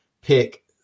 pick